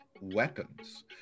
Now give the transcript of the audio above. weapons